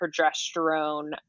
progesterone